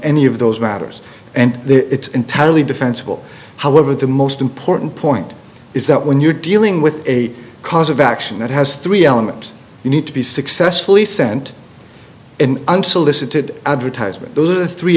any of those matters and it's entirely defensible however the most important point is that when you're dealing with a cause of action that has three elements you need to be successfully sent an unsolicited advertisement th